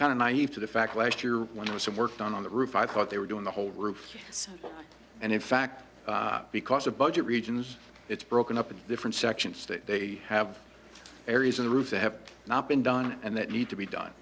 kind of naive to the fact last year when i was so worked on the roof i thought they were doing the whole roof and in fact because of budget regions it's broken up into different sections state they have areas in the roof they have not been done and that need to be done